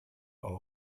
our